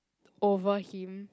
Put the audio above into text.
over him